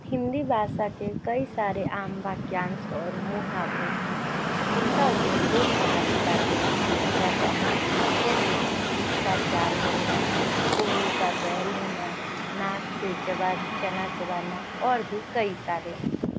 हिंदी भाषा के कई सारे आम वाक्यांश और मुहावरे हैं जिनका उपयोग रोजमर्रा की बातों में किया जाता है जैसे कि ईद का चांद होना कोल्हू का बैल होना नाक से चबा चना चबाना और भी कई सारे